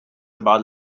about